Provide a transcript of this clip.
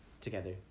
together